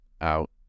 out